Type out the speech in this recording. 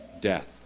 Death